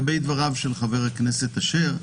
לגבי דבריו של חבר הכנסת אשר,